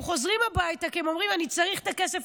הם חוזרים הביתה כי הם אומרים: אני צריך את הכסף,